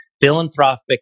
philanthropic